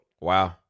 Wow